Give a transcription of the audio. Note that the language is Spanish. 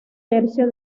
tercio